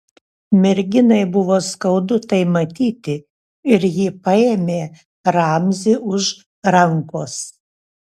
merginai buvo skaudu tai matyti ir ji paėmė ramzį už rankos